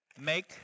make